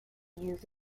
use